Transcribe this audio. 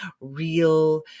real